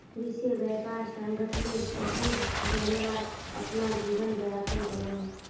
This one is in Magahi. विश्व व्यापार संगठनेर सचिव जेनेवात अपना जीवन यापन करोहो